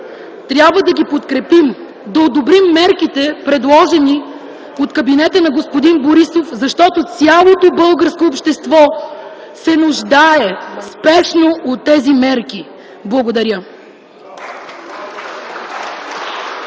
трябва да ги подкрепим, да одобрим мерките, предложени от кабинета на господин Борисов, защото цялото българско общество се нуждае спешно от тези мерки. Благодаря.